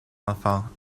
enfants